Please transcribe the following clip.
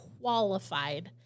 qualified